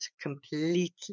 completely